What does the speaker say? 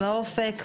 לאופק,